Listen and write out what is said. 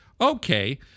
Okay